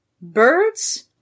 birds